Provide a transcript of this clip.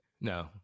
no